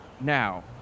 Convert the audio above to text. now